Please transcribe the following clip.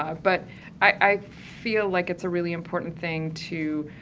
i but i feel like it's a really important thing to,